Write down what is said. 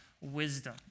wisdom